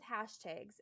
hashtags